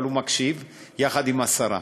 אבל הוא מקשיב יחד עם השרה.